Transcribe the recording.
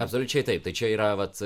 absoliučiai taip tai čia yra vat